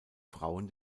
frauen